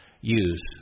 use